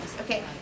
okay